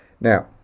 Now